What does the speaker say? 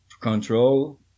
control